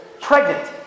pregnant